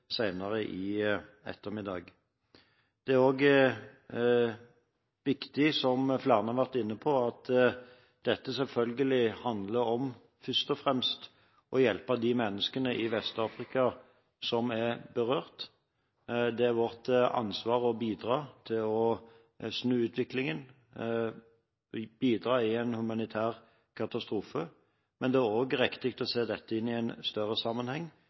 i ettermiddag. Som flere har vært inne på, er det selvfølgelig også viktig å understreke at dette først og fremst handler om å hjelpe de menneskene i Vest-Afrika som er berørt. Det er vårt ansvar å bidra til å snu utviklingen, å bidra i en humanitær katastrofe, men det er også riktig å se dette inn i en større sammenheng